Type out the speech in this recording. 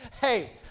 Hey